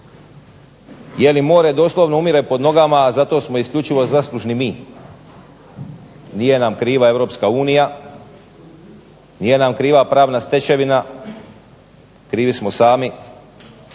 Jeli more umire pod nogama, a zato smo isključivo zaslužni mi. Nije nam kriva EU, nije nam kriva pravna stečevina, krivi smo sami,